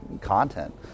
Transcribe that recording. content